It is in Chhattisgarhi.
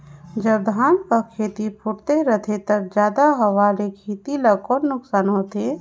जब धान कर खेती फुटथे रहथे तब जादा हवा से खेती ला कौन नुकसान होथे?